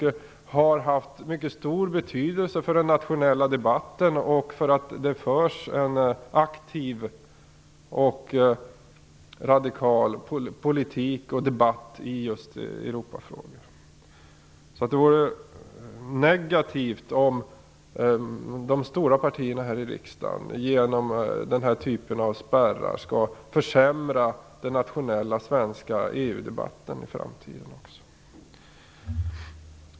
De är viktiga och har haft mycket stor betydelse för den nationella debatten och för att det förs en aktiv och radikal politik och debatt när det just gäller Europafrågorna. Därför vore det negativt om de stora partierna här i riksdagen genom den här typen av spärrar skulle försämra den nationella svenska EU-debatten i framtiden.